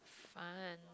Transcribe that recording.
fun